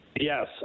Yes